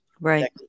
right